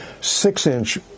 six-inch